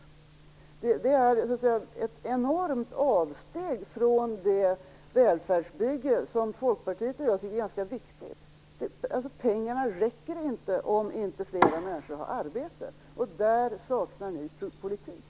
Det är ett enormt avsteg från det välfärdsbygge som Folkpartiet och jag tycker är ganska viktigt. Pengarna räcker alltså inte om inte fler människor har arbete. Här saknar Socialdemokraterna en politik.